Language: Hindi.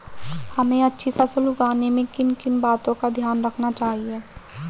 हमें अच्छी फसल उगाने में किन किन बातों का ध्यान रखना चाहिए?